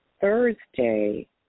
Thursday